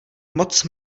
moc